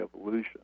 evolution